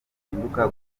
bihinduka